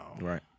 Right